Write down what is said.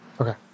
Okay